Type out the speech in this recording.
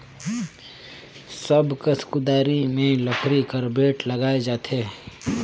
सब कस कुदारी मे लकरी कर बेठ लगाल जाथे